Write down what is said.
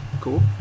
cool